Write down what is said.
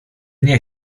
nie